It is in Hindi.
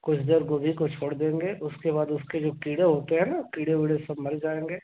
कुछ देर जब गोभी को छोड़ देंगे उसके बाद उसके जो कीड़े होते हैं ना कीड़े उड़े सब मर जाएँगे